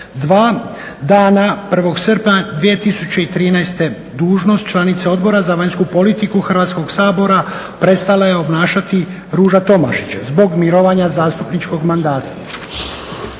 Dana 1. srpnja 2013. dužnost članice Odbora za vanjsku politiku Hrvatskog sabora prestala je obnašati Ruža Tomašić zbog mirovanja zastupničkog mandata.